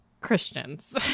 Christians